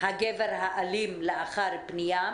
הגבר האלים לאחר פנייה,